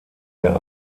der